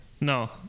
No